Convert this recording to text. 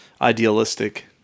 idealistic